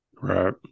Right